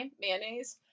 mayonnaise